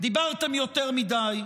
דיברתם יותר מדי?